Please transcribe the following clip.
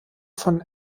von